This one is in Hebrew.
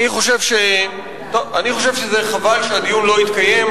אני חושב שזה חבל שהדיון לא התקיים.